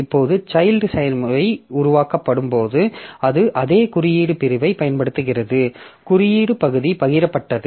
இப்போது சைல்ட் செயல்முறை உருவாக்கப்படும் போது அது அதே குறியீடு பிரிவைப் பயன்படுத்துகிறது குறியீடு பகுதி பகிரப்பட்டது